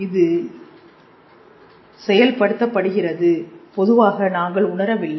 இது செயல்படுத்தப்படுகிறது பொதுவாக நாங்கள் உணரவில்லை